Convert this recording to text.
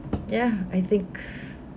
ya I think